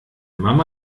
mama